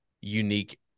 unique